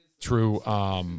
true